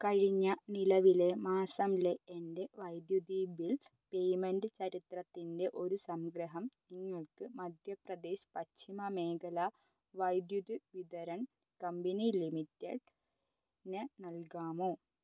കഴിഞ്ഞ നിലവിലെ മാസത്തിലെ എൻ്റെ വൈദ്യുതി ബിൽ പേയ്മെൻ്റ് ചരിത്രത്തിൻ്റെ ഒരു സംഗ്രഹം നിങ്ങൾക്ക് മധ്യപ്രദേശ് പശ്ചിമ മേഖലാ വൈദ്യുത് വിതരൺ കമ്പനി ലിമിറ്റഡിന് നൽകാമോ